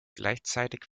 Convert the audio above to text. gleichzeitig